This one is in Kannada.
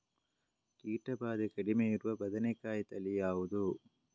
ಕೀಟ ಭಾದೆ ಕಡಿಮೆ ಇರುವ ಬದನೆಕಾಯಿ ತಳಿ ಯಾವುದು?